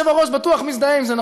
היושב-ראש בטוח מזדהה עם זה,